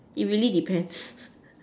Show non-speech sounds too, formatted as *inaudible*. it really depends *noise*